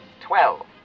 twelve